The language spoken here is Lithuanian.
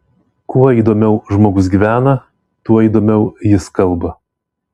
kuo įdomiau žmogus gyvena tuo įdomiau jis kalba